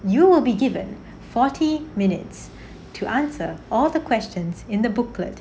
you will be given forty minutes to answer all the questions in the booklet